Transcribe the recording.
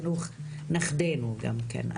חינוך נכדנו גם כן.